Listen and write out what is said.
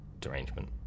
derangement